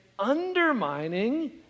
undermining